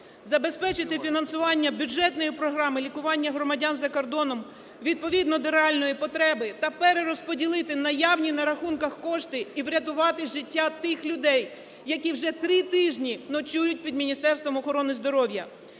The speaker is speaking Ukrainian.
Забезпечити фінансування бюджетної програми лікування громадян за кордоном відповідно до реальної потреби та перерозподілити наявні на рахунках кошти і врятувати життя тих людей, які вже три тижні ночують під Міністерством охорони здоров'я.